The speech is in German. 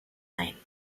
ein